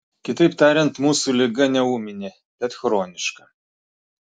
kitaip tariant mūsų liga ne ūminė bet chroniška